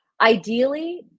ideally